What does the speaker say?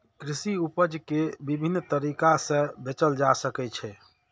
कृषि उपज कें विभिन्न तरीका सं बेचल जा सकै छै